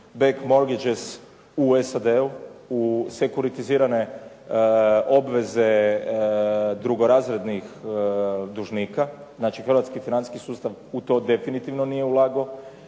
razumije./... u SAD-u, u sekuritizirane obveze drugorazrednih dužnika, znači hrvatski financijski sustav u to definitivno nije ulagao,